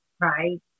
right